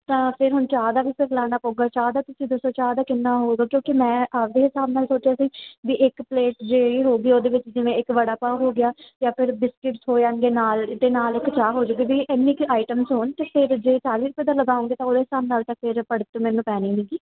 ਤਾਂ ਫਿਰ ਹੁਣ ਚਾਹ ਦਾ ਵੀ ਫਿਰ ਲਾਉਣਾ ਪਵੇਗਾ ਚਾਹ ਦਾ ਤੁਸੀਂ ਦੱਸੋ ਚਾਹ ਦਾ ਕਿੰਨਾ ਹੋਵੇਗਾ ਕਿਉਂਕਿ ਮੈਂ ਆਪਦੇ ਹਿਸਾਬ ਨਾਲ ਸੋਚਿਆ ਸੀ ਵੀ ਇੱਕ ਪਲੇਟ ਜਿਹੜੀ ਹੋ ਗਈ ਉਹਦੇ ਵਿੱਚ ਜਿਵੇਂ ਇੱਕ ਵੜਾ ਪਾਓ ਹੋ ਗਿਆ ਜਾਂ ਫਿਰ ਬਿਸਕਿਟ ਹੋ ਜਾਣਗੇ ਨਾਲ ਇਹਦੇ ਨਾਲ ਇੱਕ ਚਾਹ ਹੋ ਜਾਏਗੀ ਵੀ ਇੰਨੀ ਕੁ ਆਈਟਮਸ ਹੋਣ ਅਤੇ ਫਿਰ ਜੇ ਚਾਲ੍ਹੀ ਰੁਪਏ ਦਾ ਲਗਾਉਂਗੇ ਤਾਂ ਉਹਦੇ ਹਿਸਾਬ ਨਾਲ ਤਾਂ ਫਿਰ ਪੜਤ ਮੈਨੂੰ ਪੈਣੀ ਨਹੀਂ ਗੀ